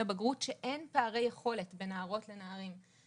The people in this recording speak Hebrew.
בגרות אין פערי יכולת בין נערות לנערים.